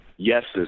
yeses